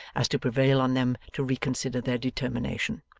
as to prevail on them to reconsider their determination.